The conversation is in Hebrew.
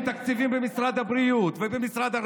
מביאים תוכנית ממדים ללימודים בבסיס התקציב,